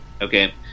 okay